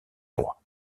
droit